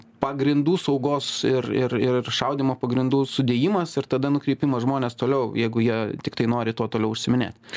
pagrindų saugos ir ir ir šaudymo pagrindų sudėjimas ir tada nukreipimas žmones toliau jeigu jie tiktai nori tuo toliau užsiiminėt